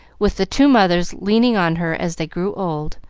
with the two mothers leaning on her as they grew old,